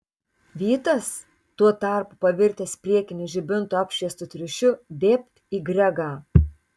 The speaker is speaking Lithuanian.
vytas tuo tarpu pavirtęs priekinių žibintų apšviestu triušiu dėbt į gregą